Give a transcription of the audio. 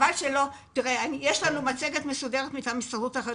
יש לנו מצגת מסודרת מטעם הסתדרות האחיות.